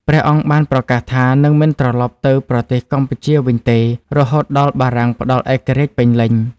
ព្រះអង្គបានប្រកាសថា នឹងមិនត្រឡប់ទៅប្រទេសកម្ពុជាវិញទេ រហូតដល់បារាំងផ្ដល់ឯករាជ្យពេញលេញ។